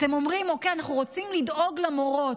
אתם אומרים: אוקיי, אנחנו רוצים לדאוג למורות,